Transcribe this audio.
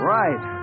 right